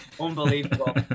Unbelievable